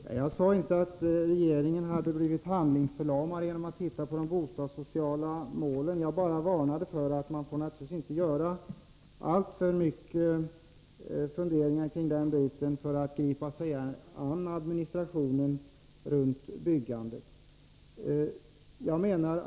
Herr talman! Jag sade inte att regeringen hade blivit handlingsförlamad genom att titta på de bostadssociala målen, utan jag varnade bara för att ha alltför många funderingar kring detta när man skall gripa sig an administrationen beträffande byggandet.